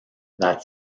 that